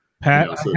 Pat